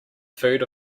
food